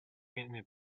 vinyl